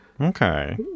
Okay